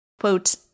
quote